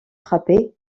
frapper